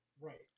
Right